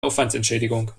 aufwandsentschädigung